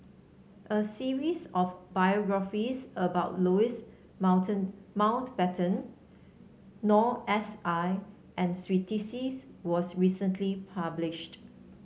a series of biographies about Louis Mountain Mountbatten Noor S I and Twisstii was recently published